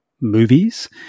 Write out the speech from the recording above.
movies